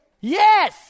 Yes